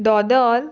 दोदल